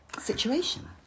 situation